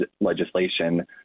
legislation